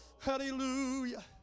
Hallelujah